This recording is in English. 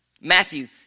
Matthew